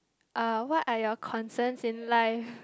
uh what are your concerns in life